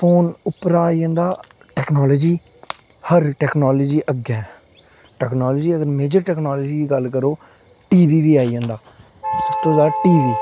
phone उप्परा आई जंदा टेक्नोलॉजी हर टेक्नोलॉजी अग्गें टेक्नोलॉजी अगर मेजर टेक्नोलॉजी दी गल्ल करो टी वी बी आई जंदा टी वी